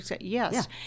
yes